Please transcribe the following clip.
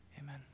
amen